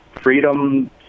Freedom